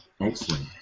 Excellent